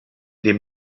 dem